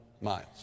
miles